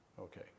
Okay